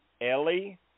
Ellie